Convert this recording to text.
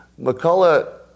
McCullough